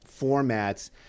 formats